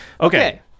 Okay